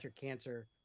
cancer